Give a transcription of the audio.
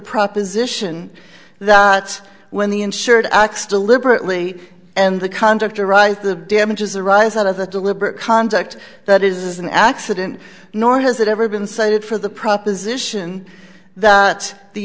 proposition that when the insured acts deliberately and the conduct are right the damages arise out of a deliberate conduct that is an accident nor has it ever been cited for the proposition that the